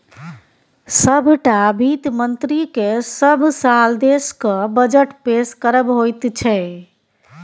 सभटा वित्त मन्त्रीकेँ सभ साल देशक बजट पेश करब होइत छै